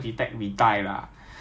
but 我有一个叫 armour piercing round